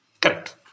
Correct